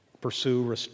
Pursue